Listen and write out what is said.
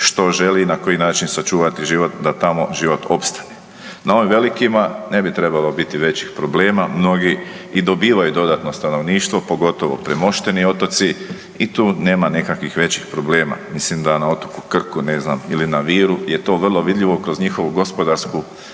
što želi i na koji način sačuvati život da tamo život opstane. Na ovim velikima ne bi trebalo biti većih problema, mnogi i dobivaju dodatno stanovništvo, pogotovo premošteni otoci i tu nema nekakvih većih problema. Mislim da na otoku Krku, ne znam, ili na Viru je to vrlo vidljivo kroz njihovu gospodarsku